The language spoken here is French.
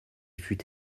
fut